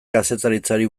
kazetaritzari